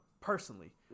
personally